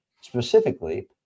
specifically